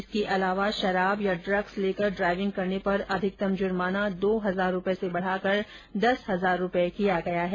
इसके अलावा शराब या इग्स लेकर ड्राइविंग करने पर अधिकतम जुर्माना दो हजार रूपये से बढाकर दस हजार रूपये किया गया है